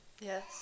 Yes